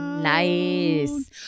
Nice